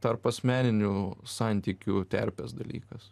tarpasmeninių santykių terpės dalykas